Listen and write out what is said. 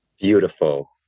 Beautiful